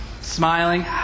Smiling